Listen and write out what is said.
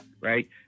Right